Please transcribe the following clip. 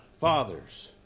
father's